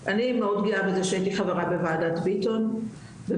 אני מאוד גאה בזה שהייתי חברה בוועדת ביטון ובאמת